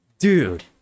dude